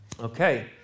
Okay